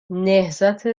نهضت